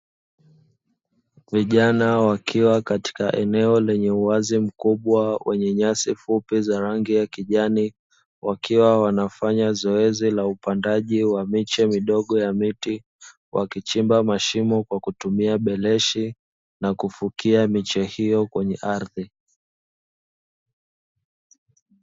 Vijana wakiwa katika eneo lenye uwazi mkubwa wenye nyasi fupi za rangi ya kijani wakiwa wanafanya zoezi la upandaji wa miche midogo ya miti. Wakichimba mashimo kwa kutumia beleshi na kufukia mechi hiyo kwenye ardhi.